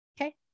Okay